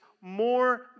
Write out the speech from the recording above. more